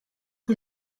que